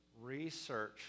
research